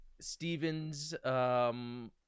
Stephen's